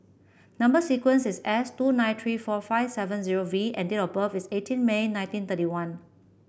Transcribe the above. number sequence is S two nine three four five seven zero V and date of birth is eighteen May nineteen thirty one